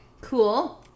Cool